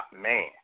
Man